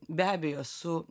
be abejo su